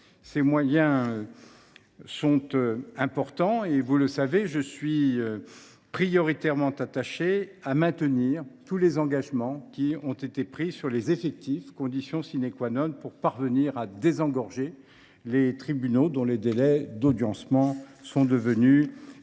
Ces moyens sont importants. Vous le savez, je suis prioritairement attaché à maintenir les engagements pris sur les effectifs, condition pour parvenir à désengorger les tribunaux dont les délais d’audiencement sont devenus